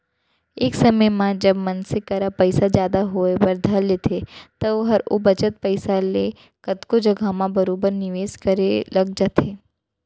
एक समे म जब मनसे करा पइसा जादा होय बर धर लेथे त ओहर ओ बचत पइसा ले कतको जघा म बरोबर निवेस करे लग जाथे